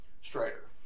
Strider